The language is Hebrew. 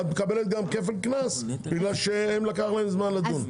אתה גם מקבל כפל קנס בגלל שלקח להם זמן לדון.